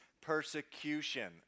persecution